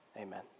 Amen